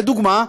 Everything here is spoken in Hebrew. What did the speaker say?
לדוגמה,